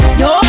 yo